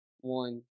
one